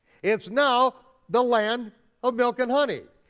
it's now the land of milk and honey.